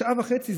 שעה וחצי.